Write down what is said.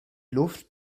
luft